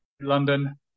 London